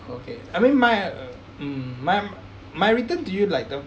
okay I mean my uh um my my return to you like the